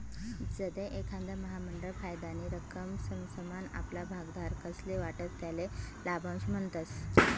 जधय एखांद महामंडळ फायदानी रक्कम समसमान आपला भागधारकस्ले वाटस त्याले लाभांश म्हणतस